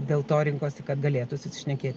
dėl to rinkosi kad galėtų susišnekėt